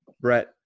Brett